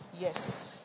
Yes